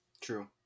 true